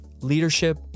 leadership